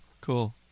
cool